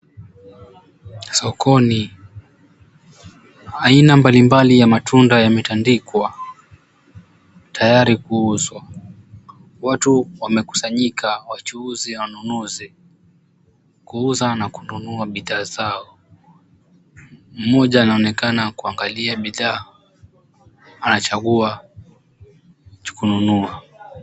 Sokoni aina mbalimbali ya matunda yametandikwa tayari kuuzwa. Watu wamekusanyika wachuuzi na wanunuzi kuuza na kununua bidhaa zao. Mmoja anaonekana kuangalia bidhaa, anachagua cha kununua.